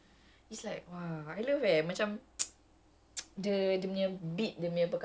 that's the one yang I I started with ya so a lot of my songs are yemi alade songs ya